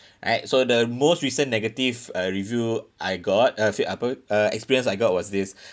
right so the most recent negative uh review I got uh uh experience I got was this